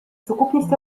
сукупність